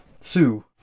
Sue